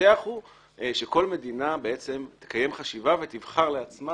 המפתח הוא שכל מדינה בעצם תקיים חשיבה ותבחר לעצמה